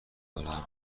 دارم